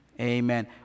amen